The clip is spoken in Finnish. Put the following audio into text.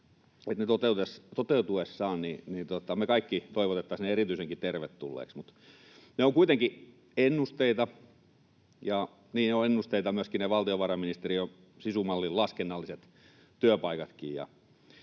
että niiden toteutuessa me kaikki toivotettaisiin ne erityisenkin tervetulleiksi. Mutta ne ovat kuitenkin ennusteita, ja niin ovat ennusteita myöskin ne valtiovarainministeriön SISU-mallin laskennalliset työpaikatkin.